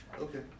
Okay